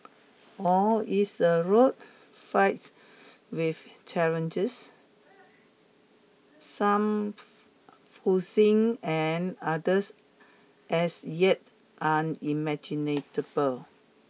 or is the road fraught with challenges some foreseen and others as yet unimaginable